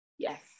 Yes